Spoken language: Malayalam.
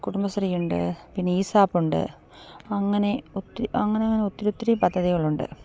കുടുംബശ്രീയുണ്ട് പിന്നെ ഈസാപ്പുണ്ട് അങ്ങനെ ഒത്തിരി അങ്ങനങ്ങനെ ഒത്തിരി ഒത്തിരി പദ്ധതികളുണ്ട്